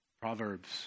Proverbs